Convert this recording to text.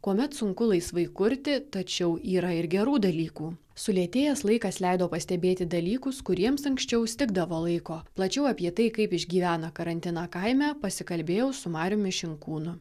kuomet sunku laisvai kurti tačiau yra ir gerų dalykų sulėtėjęs laikas leido pastebėti dalykus kuriems anksčiau stigdavo laiko plačiau apie tai kaip išgyvena karantiną kaime pasikalbėjau su mariumi šinkūnu